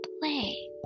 play